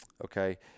Okay